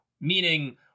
meaning